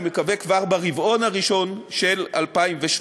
אני מקווה שכבר ברבעון הראשון של 2017,